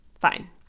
Fine